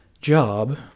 job